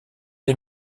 des